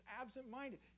absent-minded